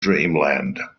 dreamland